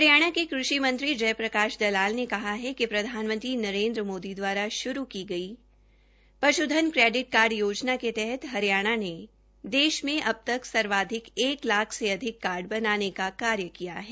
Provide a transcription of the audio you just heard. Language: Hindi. हरियाणा के कृषि एवं पश्पालन मंत्री जय प्रकाश दलाल ने कहा है कि प्रधानमंत्री नरेन्द्र मोदी द्वारा श्रू की गई पश्धन क्रेडिट कार्ड योजना के तहत हरियाणा ने देश में अबतक सर्वाधिक एक लाख से अधिक कार्ड बनाने का कार्य किया है